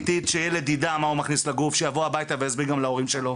שילד ידע מה הוא מכניס לגוף שלו וגם יגיע הביתה ויספר על כך להורים שלו.